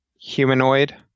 humanoid